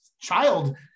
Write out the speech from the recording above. child